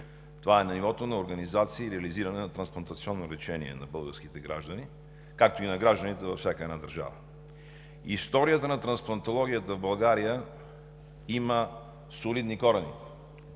Това е нивото на организация и реализиране на трансплантационно лечение на българските граждани, както и на гражданите във всяка една държава. Историята на трансплантологията в България има солидни корени.